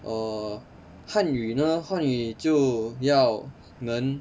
err 汉语呢汉语就要能